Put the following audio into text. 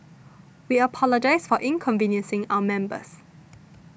we apologise for inconveniencing our members